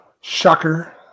Shocker